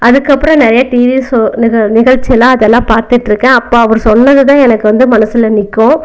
அதுக்கு அப்புறம் நிறையா டிவி ஷோ நிகழ் நிகழ்ச்சி எல்லாம் அதெல்லாம் பார்த்துட்டிருக்க அப்போ அவர் சொன்னது தான் எனக்கு வந்து மனசில் நிற்கும்